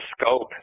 scope